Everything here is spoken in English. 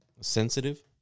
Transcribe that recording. sensitive